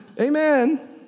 Amen